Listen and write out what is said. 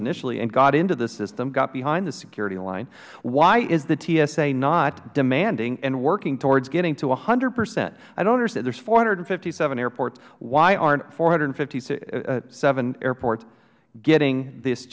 initially and got into the system got behind the security line why is the tsa not demanding and working towards getting to hpercent i don't understand there's four hundred and fifty seven airports why aren't four hundred and fifty seven airports getting this